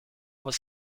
was